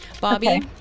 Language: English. Bobby